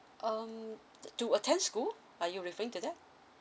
um to to attend school are you referring to that